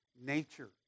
nature